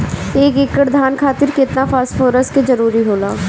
एक एकड़ धान खातीर केतना फास्फोरस के जरूरी होला?